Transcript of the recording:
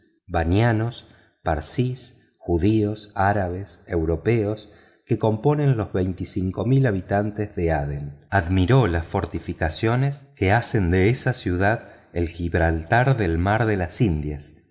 banianos parsis judíos árabes europeos que componen los veinticinco mil habitantes de adén admiró las fortificaciones que hacen de esa ciudad el gibraltar del mar de las indias